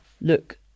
look